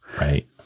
right